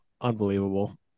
Unbelievable